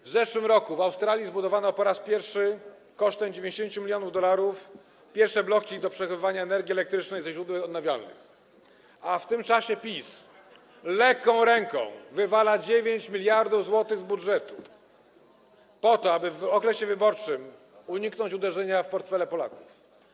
W zeszłym roku w Australii zbudowano po raz pierwszy kosztem 90 mln dolarów pierwsze bloki do przechowywania energii elektrycznej ze źródeł odnawialnych, a w tym czasie PiS lekką ręką wywala 9 mld zł z budżetu po to, aby w okresie wyborczym uniknąć uderzenia w portfele Polaków.